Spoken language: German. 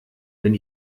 wenn